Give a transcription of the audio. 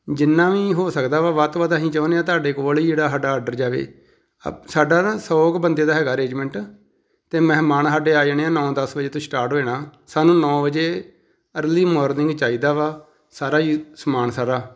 ਜਿੰਨਾ ਵੀ ਹੋ ਸਕਦਾ ਵਾ ਵੱਧ ਤੋਂ ਵੱਧ ਅਸੀਂ ਚਾਹੁੰਦੇ ਹਾਂ ਤੁਹਾਡੇ ਕੋਲ ਹੀ ਜਿਹੜਾ ਸਾਡਾ ਆਡਰ ਜਾਵੇ ਆਪ ਸਾਡਾ ਨਾ ਸੌ ਕੁ ਬੰਦੇ ਦਾ ਹੈਗਾ ਅਰੇਂਜਮੈਂਟ ਅਤੇ ਮਹਿਮਾਨ ਸਾਡੇ ਆ ਜਾਣੇ ਆ ਨੌ ਦਸ ਵਜੇ ਤੋਂ ਸਟਾਰਟ ਹੋ ਜਾਣਾ ਸਾਨੂੰ ਨੌ ਵਜੇ ਅਰਲੀ ਮੌਰਨਿੰਗ ਚਾਹੀਦਾ ਵਾ ਸਾਰਾ ਹੀ ਸਮਾਨ ਸਾਰਾ